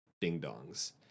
ding-dongs